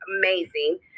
amazing